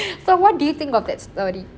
so what do you think of that story